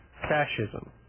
Fascism